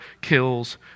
kills